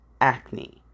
acne